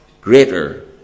greater